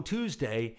Tuesday